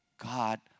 God